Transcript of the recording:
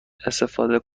استفاده